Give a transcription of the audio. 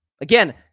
again